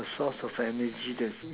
the source of energy that's